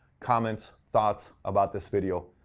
comments, thoughts, about this video,